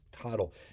title